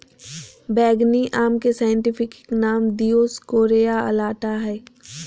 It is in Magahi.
बैंगनी आम के साइंटिफिक नाम दिओस्कोरेआ अलाटा हइ